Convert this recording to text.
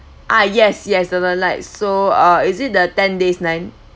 ah yes yes northern lights so uh is it the ten days nine